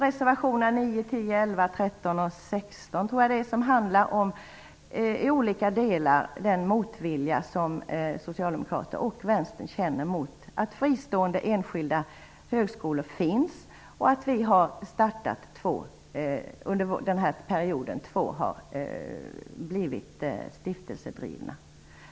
Reservationerna 9, 10, 11, 13 och 16 i olika delar handlar om den motvilja som Socialdemokraterna och Vänstern känner mot att fristående enskilda högskolor finns och att två har blivit stiftelsedrivna.